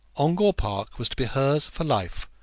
ongar park was to be hers for life,